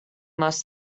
must